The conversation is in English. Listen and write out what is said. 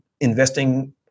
investing